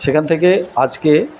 সেখান থেকে আজকে